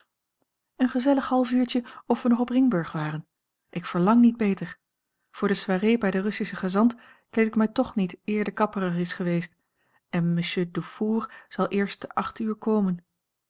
een gezellig halfuurtje of we nog op ringburg waren ik verlang niet beter voor de soirée bij den russischen gezant kleed ik mij toch niet eer de kapper er is geweest en mr dufour zal eerst te acht uur komen